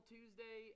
Tuesday